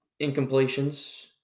incompletions